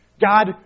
God